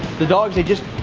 the dogs, they just,